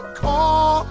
call